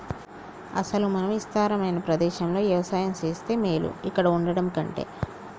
అసలు మనం ఇస్తారమైన ప్రదేశంలో యవసాయం సేస్తే మేలు ఇక్కడ వుండటం కంటె